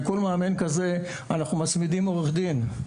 לכל מאמן כזה אנחנו מצמידים עורך דין.